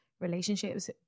relationships